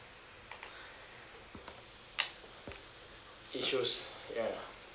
issues ya